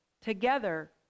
Together